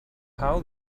how